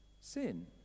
sin